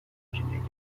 میگویند